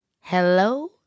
hello